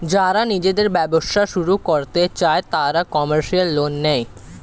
যারা নিজেদের ব্যবসা শুরু করতে চায় তারা কমার্শিয়াল লোন নেয়